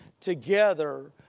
Together